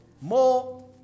more